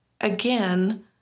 again